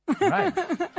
Right